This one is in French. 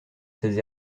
ses